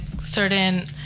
certain